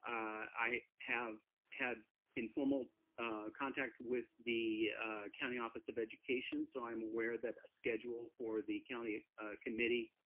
i have had informal contact with the county office of education, so i'm aware that a schedule for the county committee